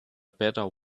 better